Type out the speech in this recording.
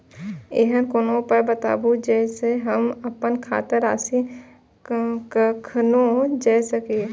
ऐहन कोनो उपाय बताबु जै से हम आपन खाता के राशी कखनो जै सकी?